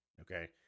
okay